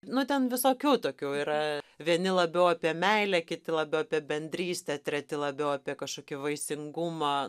nu ten visokių tokių yra vieni labiau apie meilę kiti labiau apie bendrystę treti labiau apie kažkokį vaisingumą